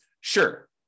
Sure